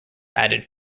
added